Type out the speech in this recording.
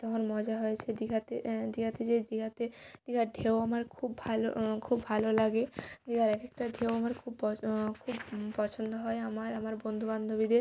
তখন মজা হয়েছে দীঘাতে দীঘাতে যেয়ে দীঘাতে দীঘার ঢেউ আমার খুব ভালো খুব ভালো লাগে দীঘার এক একটা ঢেউ আমার খুব পছ খুব পছন্দ হয় আমার আমার বন্ধু বান্ধবীদের